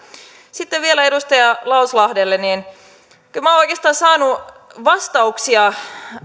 sitten vielä edustaja lauslahdelle kyllä minä olen oikeastaan saanut vastauksia